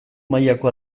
mailako